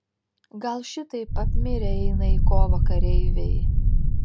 gal šitaip apmirę eina į kovą kareiviai